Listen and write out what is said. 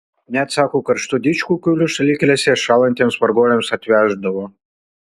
net sako karštų didžkukulių šalikelėse šąlantiems varguoliams atveždavo